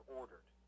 ordered